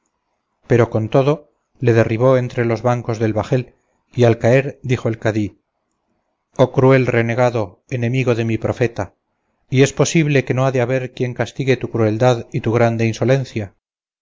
pero con todo le derribó entre los bancos del bajel y al caer dijo el cadí oh cruel renegado enemigo de mi profeta y es posible que no ha de haber quien castigue tu crueldad y tu grande insolencia